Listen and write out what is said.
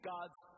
God's